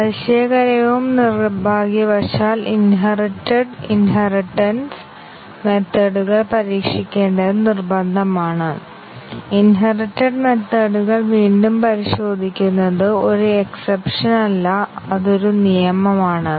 അതിശയകരവും നിർഭാഗ്യവശാൽ inherited inheritance മെത്തേഡ്കൾ പരീക്ഷിക്കേണ്ടത് നിർബന്ധമാണ് ഇൻഹെറിറ്റഡ് മെത്തേഡ്കൾ വീണ്ടും പരിശോധിക്കുന്നത് ഒരു എക്സപ്ഷൻ അല്ല അതൊരു നിയമം ആണ്